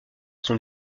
son